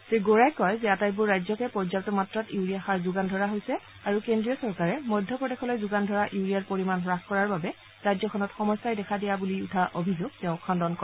শ্ৰীগৌড়াই কয় যে আটাইবোৰ ৰাজ্যকে পৰ্যাপ্ত মাত্ৰাত ইউৰিয়া সাৰ যোগান ধৰা হৈছে আৰু কেন্দ্ৰীয় চৰকাৰে মধ্য প্ৰদেশলৈ যোগান ধৰা ইউৰিয়াৰ পৰিমান হ্বাস কৰাৰ বাবে ৰাজ্যখনত সমস্যাই দেখা দিয়া বুলি উঠা অভিযোগ তেওঁ খণ্ডন কৰে